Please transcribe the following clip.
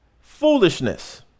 foolishness